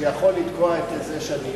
שיכול לתקוע את זה שנים?